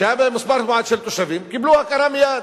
שהיה בהם מספר מועט של תושבים, קיבלו הכרה מייד.